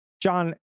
John